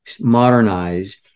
modernize